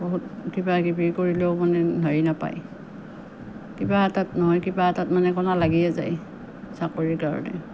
বহুত কিবাকিবি কৰিলেও মানে হেৰি নেপায় কিবা এটাত নহয় কিবা এটা কেনা লাগিয়ে যায় চাকৰিৰ কাৰণে